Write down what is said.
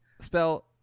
Spell